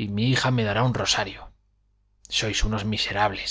y mi hija me dará un rosario sois unos miserables